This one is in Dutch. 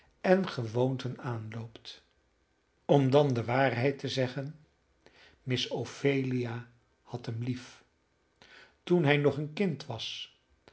en gewoonten aanloopt om dan de waarheid te zeggen miss ophelia had hem lief toen hij nog een kind was